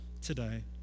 today